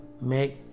make